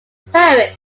paris